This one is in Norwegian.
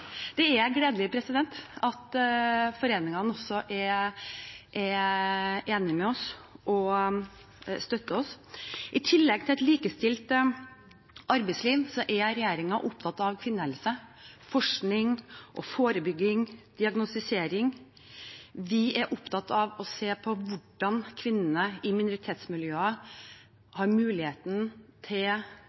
Det er gledelig at foreningene også er enig med oss og støtter oss. I tillegg til et likestilt arbeidsliv er regjeringen opptatt av kvinnehelse – forskning, forebygging og diagnostisering. Vi er opptatt av å se på hvordan kvinnene i minoritetsmiljøer har mulighet til